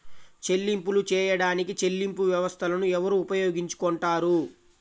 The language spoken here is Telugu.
చెల్లింపులు చేయడానికి చెల్లింపు వ్యవస్థలను ఎవరు ఉపయోగించుకొంటారు?